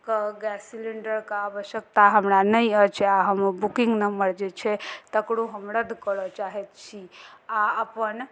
कऽ गैस सिलिंडरके आवश्यकता हमरा नहि अछि आओर हम बुकिंग नम्बर जे छै तकरो हम रद्द करऽ चाहैत छी आओर अपन